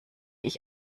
ich